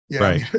Right